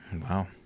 Wow